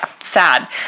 sad